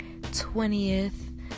20th